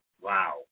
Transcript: wow